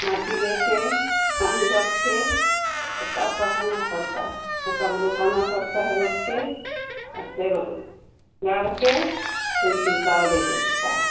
माटी देकर पानी रखकर पताना पड़ता है तब रोपाना पड़ता है रोप के और फ़िर लरके फ़िर छिलका ओ दे देता है